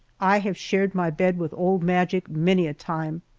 i have shared my bed with old magic many a time!